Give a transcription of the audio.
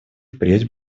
впредь